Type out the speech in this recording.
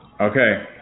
Okay